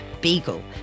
Beagle